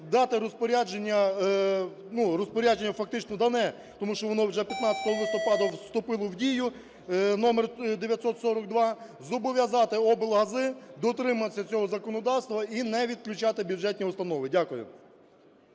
Дати розпорядження, розпорядження фактично дане, тому що воно вже 15 листопада вступило в дію № 942, зобов'язати облгази дотриматися цього законодавства і не відключати бюджетні установи. Дякую.